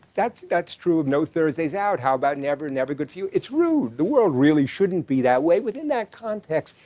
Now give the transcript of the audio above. that's that's true of no, thursday's out. how about never is never good for you? it's rude. the world really shouldn't be that way. within that context,